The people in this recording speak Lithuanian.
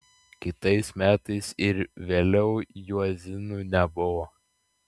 kitais metais ir vėliau juozinių nebuvo